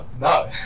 no